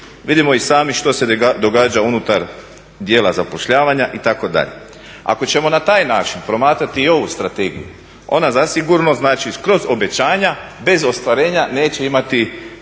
Vidimo i sami što se događa unutar dijela zapošljavanja, itd. Ako ćemo na taj način promatrati i ovu strategiju, ona zasigurno znači kroz obećanja bez ostvarenja neće imati